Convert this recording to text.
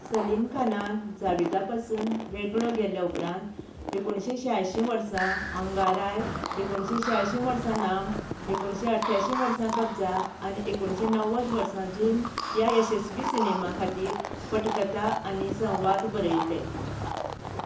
सलीम खानान जावेदा पासून वेगळो गेल्या उपरांत एकोणीस छियाशीं वर्सा आंगाराय एकोणीस छियाशीं वर्सा नाम एकोणीस अठाशीं वर्सा कबझा आनी एकोणीस णव्वद वर्सा जुर्म ह्या यशस्वी सिनेमां खातीर पटकथा आनी संवाद बरयले